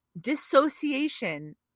dissociation